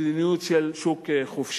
ו"מדיניות של שוק חופשי".